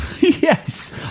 yes